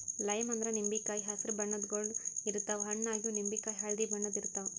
lime ಅಂದ್ರ ನಿಂಬಿಕಾಯಿ ಹಸ್ರ್ ಬಣ್ಣದ್ ಗೊಳ್ ಇರ್ತವ್ ಹಣ್ಣ್ ಆಗಿವ್ ನಿಂಬಿಕಾಯಿ ಹಳ್ದಿ ಬಣ್ಣದ್ ಇರ್ತವ್